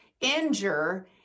injure